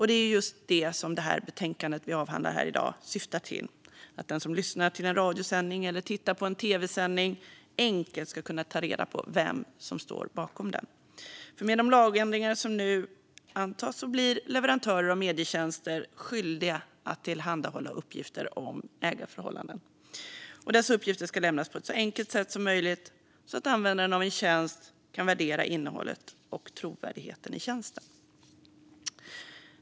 Det är just detta som det betänkande vi nu avhandlar syftar till: att den som lyssnar till en radiosändning eller tittar på en tv-sändning enkelt ska kunna ta reda på vem som står bakom den. Med de lagändringar som nu antas blir leverantörer av medietjänster skyldiga att tillhandahålla uppgifter om ägarförhållandena. Dessa uppgifter ska lämnas på ett så enkelt sätt som möjligt, så att användaren av en tjänst kan värdera innehållet och trovärdigheten i tjänsten.